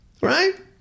right